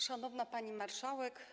Szanowna Pani Marszałek!